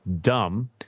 dumb